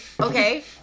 Okay